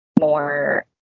more